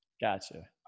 Gotcha